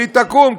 והיא תקום,